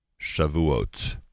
Shavuot